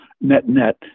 net-net